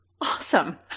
awesome